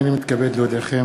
הנני מתכבד להודיעכם,